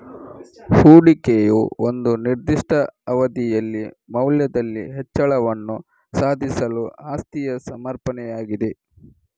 ಹೂಡಿಕೆಯು ಒಂದು ನಿರ್ದಿಷ್ಟ ಅವಧಿಯಲ್ಲಿ ಮೌಲ್ಯದಲ್ಲಿ ಹೆಚ್ಚಳವನ್ನು ಸಾಧಿಸಲು ಆಸ್ತಿಯ ಸಮರ್ಪಣೆಯಾಗಿದೆ